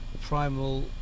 primal